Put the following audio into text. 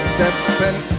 Stepping